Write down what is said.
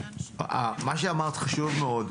מה שאמרת חשוב מאוד.